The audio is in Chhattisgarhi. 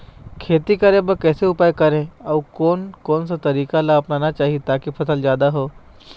खेती करें बर कैसे उपाय करें अउ कोन कौन सा तरीका ला अपनाना चाही ताकि फसल जादा हो?